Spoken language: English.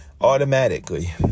automatically